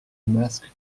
masque